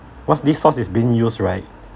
once this source is being used right